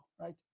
right